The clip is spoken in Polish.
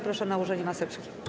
Proszę o nałożenie maseczki.